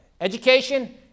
education